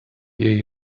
jej